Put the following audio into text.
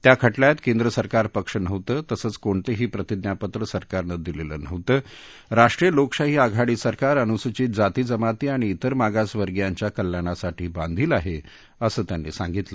त्या खटल्यात केंद्र सरकार पक्ष नव्हतं तसंच कोणतेही प्रतिज्ञापत्र सरकारनं दिलेलं नव्हतं राष्ट्रीय लोकशाही आघाडी सरकार अन्सूचित जाती जमाती आणि इतर मागासवर्गियांच्या कल्याणासाठी बांधील आहे असं त्यांनी सांगितलं